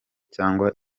cyangwa